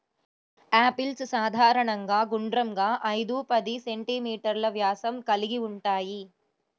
apples సాధారణంగా గుండ్రంగా, ఐదు పది సెం.మీ వ్యాసం కలిగి ఉంటాయి